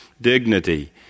dignity